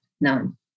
none